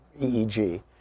EEG